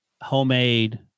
homemade